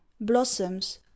blossoms